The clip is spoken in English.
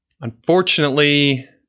Unfortunately